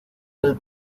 bell